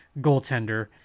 goaltender